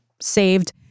saved